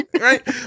Right